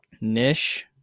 niche